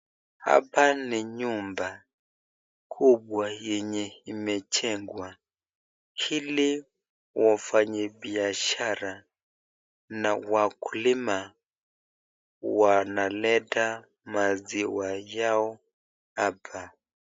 Hapa ni nyumba kubwa yenye imejengwa ili wafanyibiashara na wakulima wanaleta maziwa yao hapa.